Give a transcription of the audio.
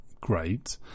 great